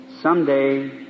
Someday